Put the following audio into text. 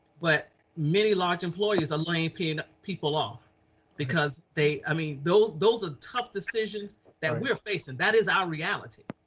but many large employers are laying pin people off because they, i mean, those those are tough decisions that we're facing. that is our reality.